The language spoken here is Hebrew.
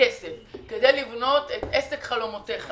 כסף כדי לבנות את עסק חלומותיך